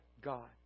God